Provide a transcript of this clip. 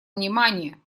внимание